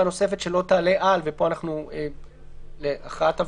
נוספת שלא תעלה על ___," זה להכרעת הוועדה,